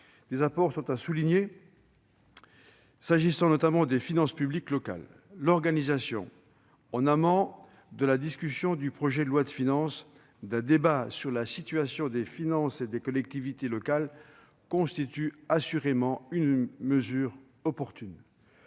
d'apports méritent d'être soulignés, notamment pour les finances publiques locales. L'organisation, en amont de la discussion du projet de loi de finances, d'un débat sur la situation des finances des collectivités territoriales constitue assurément une mesure opportune.